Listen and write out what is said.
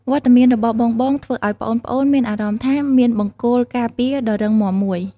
វត្តមានរបស់បងៗធ្វើឱ្យប្អូនៗមានអារម្មណ៍ថាមានបង្គោលការពារដ៏រឹងមាំមួយ។